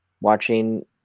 watching